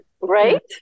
Right